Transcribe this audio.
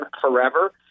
forever